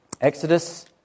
Exodus